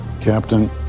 Captain